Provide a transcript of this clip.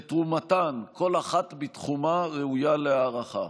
ותרומתן, כל אחת בתחומה, ראויה להערכה.